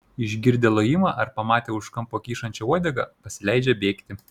išgirdę lojimą ar pamatę už kampo kyšančią uodegą pasileidžia bėgti